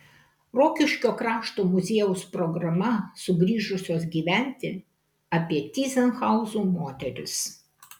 rokiškio krašto muziejaus programa sugrįžusios gyventi apie tyzenhauzų moteris